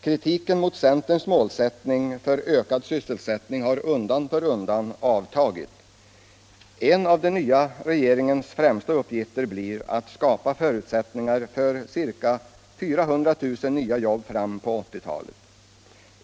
Kritiken mot centerns målsättning för ökad sysselsättning har undan för undan avtagit. En av den nya regeringens främsta uppgifter blir att skapa förutsättningar för ca 400 000 nya jobb frampå 1980-talet.